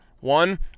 one